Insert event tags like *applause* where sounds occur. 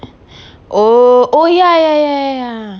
*breath* oh oh ya ya ya